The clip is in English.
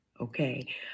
okay